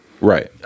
Right